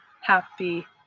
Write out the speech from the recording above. happy